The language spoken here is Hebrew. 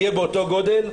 יהיה באותו גודל,